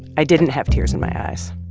i didn't have tears in my eyes